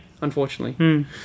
Unfortunately